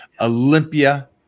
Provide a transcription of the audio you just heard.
Olympia